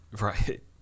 Right